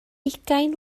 ugain